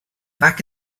back